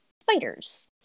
spiders